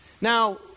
now